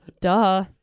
Duh